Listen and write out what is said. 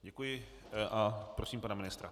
Děkuji a prosím pana ministra.